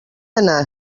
anar